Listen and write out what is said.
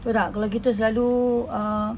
betul tak kalau kita selalu uh